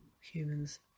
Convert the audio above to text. humans